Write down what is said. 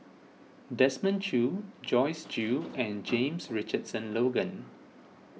Desmond Choo Joyce Jue and James Richardson Logan